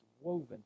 woven